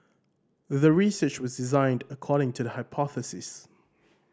the research was designed according to the hypothesis